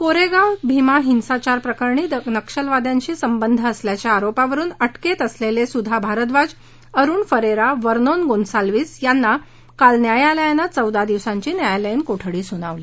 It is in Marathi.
कोरेगाव भीमा हिंसाचार प्रकरणी नक्षलवाद्यांशी संबंध असल्याच्या आरोपावरुन अटकेत असलेले सुधा भारद्वाज अरुण फरेरा वर्नोन गोन्साल्विस यांना काल न्यायालयानं चौदा दिवसांची न्यायालयीन कोठडी सुनावली